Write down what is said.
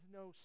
no